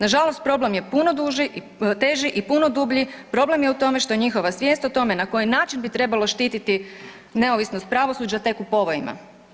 Nažalost, problem je puno duži, teži i puno dublji, problem je u tome što njihova svijest o tome na koji način bi trebalo štititi neovisnost pravosuđa tek u povojima.